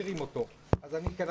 אני מקווה,